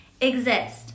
exist